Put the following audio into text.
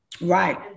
Right